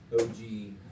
OG